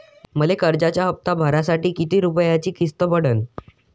मले कर्जाचा हप्ता भरासाठी किती रूपयाची किस्त पडन?